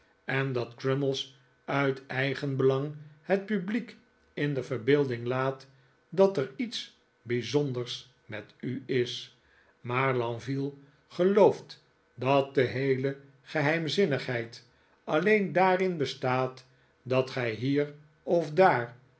en dat crummies uit eigenbelang het publiek in de verbeelding laat dat er iets bijzonders met u is maar lenville gelooft dat de heele geheimzinnigheid alleen daarin bestaat dat gij hier of daar